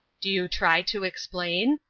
do you try to explain?